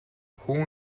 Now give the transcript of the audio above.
хүү